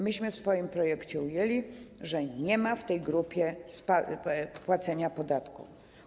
Myśmy w swoim projekcie ujęli to tak, że nie ma w tej grupie płacenia podatku.